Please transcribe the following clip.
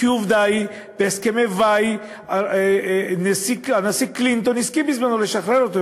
כי עובדה היא שבהסכמי-וואי הנשיא קלינטון הסכים לשחרר אותו,